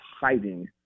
hiding